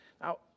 Now